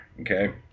okay